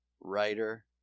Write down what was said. Writer